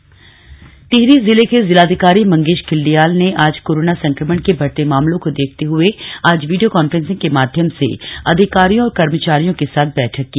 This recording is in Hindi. जिलाधिकारी बैठक टिहरी जिले के जिलाधिकारी मंगेश घिल्डियाल नें आज कोरोना संक्रमण के बढ़ते मामलों को देखते हए आज वीडियो कॉन्फ्रेंसिंग के माध्यम से अधिकारियों और कर्मचारियों के साथ बैठक की